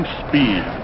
speed